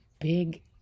big